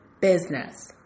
business